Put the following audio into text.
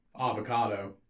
Avocado